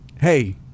hey